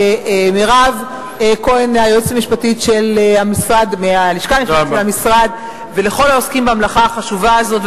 למרב כהן מהלשכה המשפטית של המשרד ולכל העוסקים במלאכה החשובה הזאת,